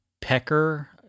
Pecker